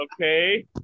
Okay